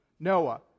Noah